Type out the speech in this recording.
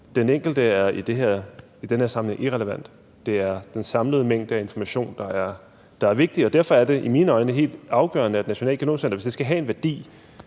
Den enkelte er i den her sammenhæng irrelevant. Det er den samlede mængde af information, der er vigtig, og derfor er det i mine øjne helt afgørende, at hvis Nationalt Genom Center skal have en værdi,